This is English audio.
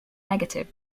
negative